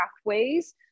pathways